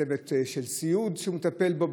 צוות של סיעוד שמטפל בו,